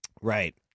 Right